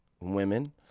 women